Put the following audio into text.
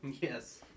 Yes